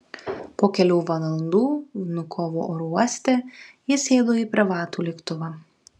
po kelių valandų vnukovo oro uoste jis sėdo į privatų lėktuvą